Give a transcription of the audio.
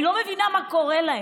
אני לא מבינה מה קורה להם.